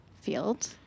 field